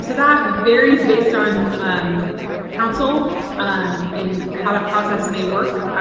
so that varies based on um council um and how that process may work.